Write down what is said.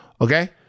Okay